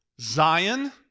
Zion